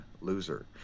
loser